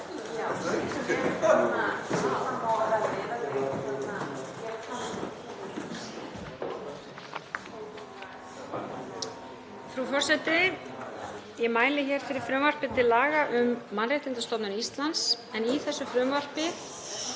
forseti, Ég mæli hér fyrir frumvarpi til laga um Mannréttindastofnun Íslands. Í frumvarpinu